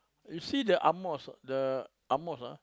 you see the ang-moh the ang-moh ah